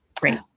Great